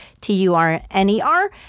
T-U-R-N-E-R